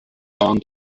waren